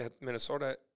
Minnesota